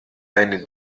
deine